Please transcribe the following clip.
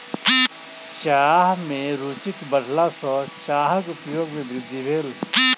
चाह में रूचिक बढ़ला सॅ चाहक उपयोग में वृद्धि भेल